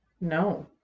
no